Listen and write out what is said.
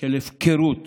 ועל הפקרות